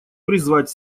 призвать